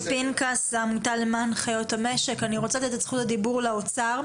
אני רוצה לתת את זכות הדיבור לאוצר.